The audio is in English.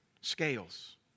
Scales